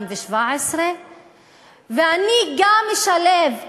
ואני גם אשלב,